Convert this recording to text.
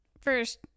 first